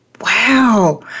Wow